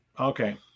Okay